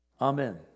Amen